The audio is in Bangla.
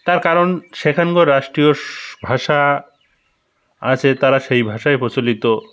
তার কারণ সেখান রাষ্ট্রীয় ভাষা আছে তারা সেই ভাষায় প্রচলিত